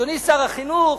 אדוני שר החינוך,